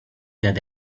that